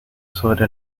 sobre